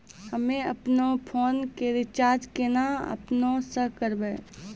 हम्मे आपनौ फोन के रीचार्ज केना आपनौ से करवै?